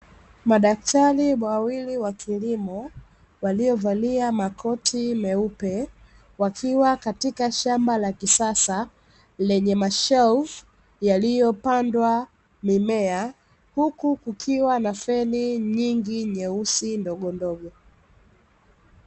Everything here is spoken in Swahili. Madaktari wawili wa kilimo waliovalia makoti meupe wakiwa katika shamba la kisasa lenye mashelfu yaliopandwa mimea, huku kukiwa na feni nyingi nyeusi ndogondogo.